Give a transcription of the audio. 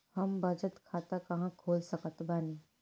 हम बचत खाता कहां खोल सकत बानी?